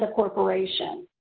ah corporation.